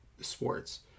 sports